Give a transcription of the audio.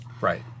Right